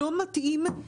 לא מתאים,